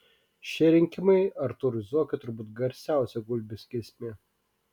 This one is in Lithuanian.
šie rinkimai artūrui zuokui turbūt garsiausia gulbės giesmė